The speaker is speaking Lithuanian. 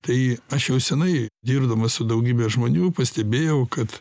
tai aš jau senai dirbdamas su daugybe žmonių pastebėjau kad